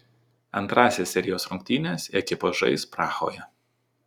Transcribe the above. antrąsias serijos rungtynes ekipos žais prahoje